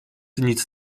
nic